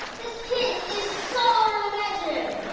this kid is so not imaginary!